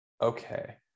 okay